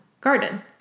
garden